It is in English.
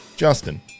Justin